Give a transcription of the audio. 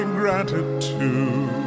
gratitude